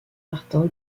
martin